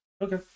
Okay